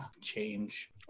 change